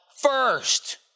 FIRST